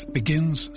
begins